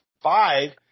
five